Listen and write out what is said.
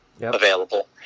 available